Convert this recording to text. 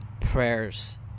prayers